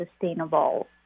sustainable